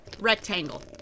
rectangle